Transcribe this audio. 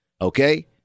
Okay